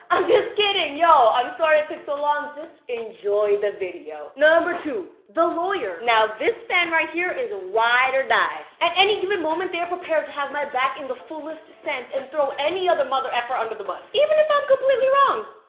i'm just kidding, yo, i'm sorry i took so long, just enjoy the video. number two, the lawyer. now this fan right here is ride or die. at any given moment, they are prepared to have my back in the fullest sense, and throw any other mother f'er under the bus. even if i'm ah completely wrong.